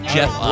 Jeff